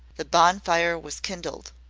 the bonfire was kindled.